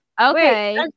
okay